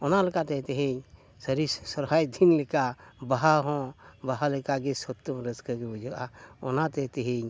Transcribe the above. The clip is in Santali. ᱚᱱᱟ ᱞᱮᱠᱟᱛᱮ ᱛᱮᱦᱮᱧ ᱥᱟᱹᱨᱤ ᱥᱚᱦᱨᱟᱭ ᱫᱤᱱ ᱞᱮᱠᱟ ᱵᱟᱦᱟ ᱦᱚᱸ ᱵᱟᱦᱟ ᱞᱮᱠᱟᱜᱮ ᱥᱚᱠᱛᱚ ᱨᱟᱹᱥᱠᱟᱹ ᱜᱮ ᱵᱩᱡᱷᱟᱹᱜᱼᱟ ᱚᱱᱟᱛᱮ ᱛᱤᱦᱤᱧ